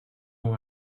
how